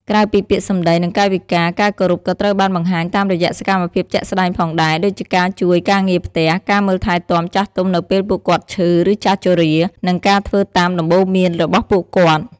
ក្រៅពីពាក្យសម្ដី និងកាយវិការ ការគោរពក៏ត្រូវបានបង្ហាញតាមរយៈសកម្មភាពជាក់ស្តែងផងដែរ ដូចជាការជួយការងារផ្ទះ ការមើលថែទាំចាស់ទុំនៅពេលពួកគាត់ឈឺ ឬចាស់ជរា និងការធ្វើតាមដំបូន្មានរបស់ពួកគាត់។